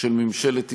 של ממשלת ישראל,